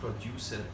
producer